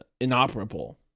inoperable